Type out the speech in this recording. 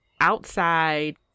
outside